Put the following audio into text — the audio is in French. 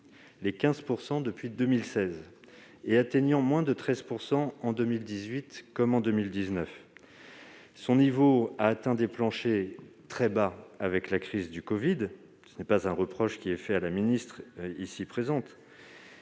plus 15 % depuis 2016 et se situant même en dessous de 13 % en 2018, comme en 2019. Son niveau a atteint des planchers très bas avec la crise du covid. Ce n'est pas un reproche fait à la ministre présente